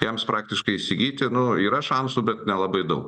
jiems praktiškai įsigyti yra šansų bet nelabai daug